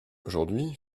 aujourd’hui